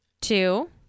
Two